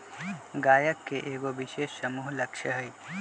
गाहक के एगो विशेष समूह लक्ष हई